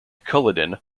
culloden